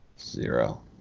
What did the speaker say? zero